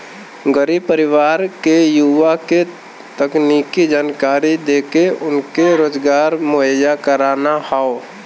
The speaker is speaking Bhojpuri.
गरीब परिवार के युवा के तकनीकी जानकरी देके उनके रोजगार मुहैया कराना हौ